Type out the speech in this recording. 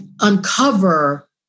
uncover